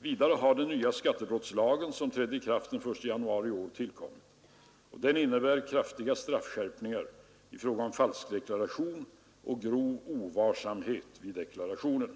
Vidare har den nya skattebrottslagen, som trädde i kraft den 1 januari i år, tillkommit. Den innebär bl.a. kraftiga straffskärpningar i fråga om falskdeklaration och grovt oaktsam deklaration.